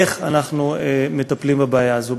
איך אנחנו מטפלים בבעיה הזאת.